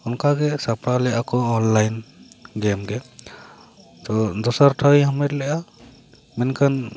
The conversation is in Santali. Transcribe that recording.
ᱚᱱᱠᱟ ᱜᱮ ᱥᱟᱯᱲᱟᱣ ᱞᱮᱜᱼᱟ ᱠᱚ ᱚᱱᱞᱟᱭᱤᱱ ᱜᱮᱹᱢ ᱜᱮ ᱛᱚ ᱫᱚᱥᱟᱴ ᱴᱷᱟᱶ ᱤᱧ ᱦᱟᱢᱮᱴ ᱞᱮᱜᱼᱟ ᱢᱮᱱᱠᱷᱟᱱ